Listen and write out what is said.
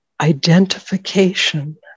identification